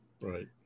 Right